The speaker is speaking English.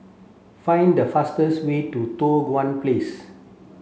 find the fastest way to Tua Kong Place